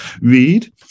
Read